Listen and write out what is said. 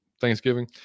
thanksgiving